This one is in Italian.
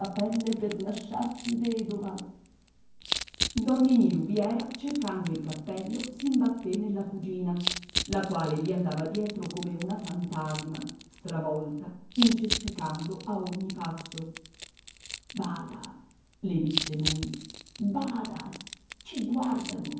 pelle per lasciarti vedova don ninì rubiera cercando il cappello s'imbatté nella cugina la quale gli andava dietro come una fantasima stravolta incespicando a ogni passo bada le disse lui bada ci guardano